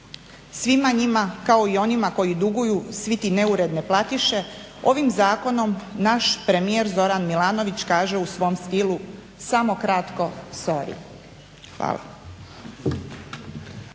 Svima njima kao i onima koji duguju, svi ti neuredne platiše ovim zakonom naš premijer Zoran Milanović kaže u svom stilu :"Samo kratko sorry.". Hvala.